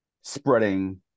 spreading